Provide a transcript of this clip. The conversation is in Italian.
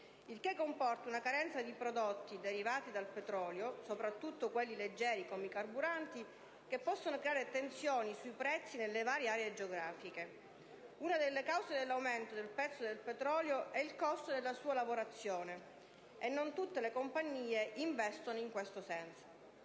il che comporta una carenza di prodotti derivati dal petrolio, soprattutto quelli leggeri come i carburanti, che possono creare tensioni sui prezzi nelle varie aree geografiche. Una delle cause dell'aumento del prezzo del petrolio è il costo della sua lavorazione e non tutte le compagnie vogliono investire in questo senso.